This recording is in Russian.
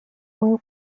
мою